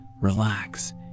relax